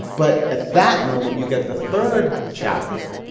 but at that moment, you get the third chapter.